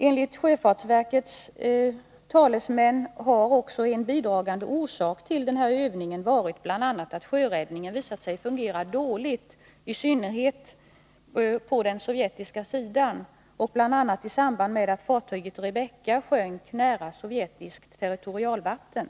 Enligt sjöfartsverkets talesmän har en bidragande orsak till denna övning varit att sjöräddningen, i synnerhet på den sovjetiska sidan, visat sig fungera dåligt, bl.a. i samband med att fartyget Rebecka sjönk nära sovjetiskt territorialvatten.